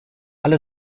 alle